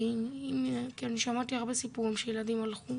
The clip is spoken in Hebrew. כי אני שמעתי הרבה סיפורים שילדים הלכו